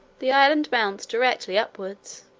the island mounts directly upwards.